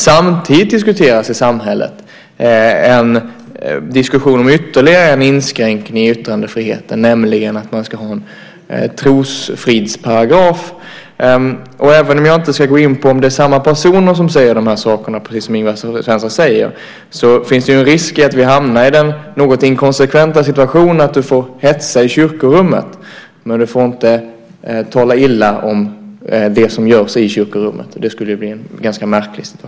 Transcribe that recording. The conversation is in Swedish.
Samtidigt förs i samhället en diskussion om ytterligare en inskränkning i yttrandefriheten, nämligen att man ska ha en trosfridsparagraf. Även om jag inte ska gå in på om det är samma personer som säger de här sakerna, precis som Ingvar Svensson säger, så finns det en risk att vi hamnar i den något inkonsekventa situationen att man får hetsa i kyrkorummet, men man får inte tala illa om det som görs i kyrkorummet. Det skulle ju bli en ganska märklig situation.